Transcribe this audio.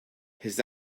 his